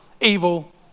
evil